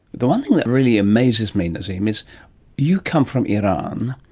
the one thing that really amazes me, nasim, is you come from iran.